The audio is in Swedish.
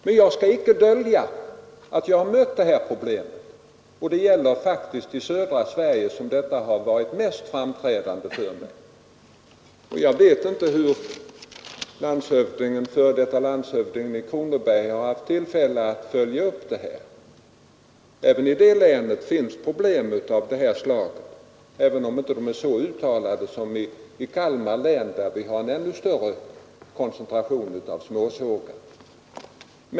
Men jag skall inte dölja att jag har mött problemet, och det har faktiskt varit mest framträdande för mig i södra Sverige. Jag vet inte om f. d. landshövdingen i Kronobergs län haft tillfälle att följa upp detta. Också i det länet finns problem av det här slaget, även om de inte är så markerade som i Kalmar län, där det är en ännu större koncentration av småsågar.